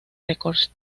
records